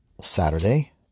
Saturday